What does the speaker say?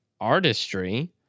artistry